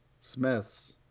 Smith's